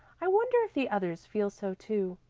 i wonder if the others feel so too.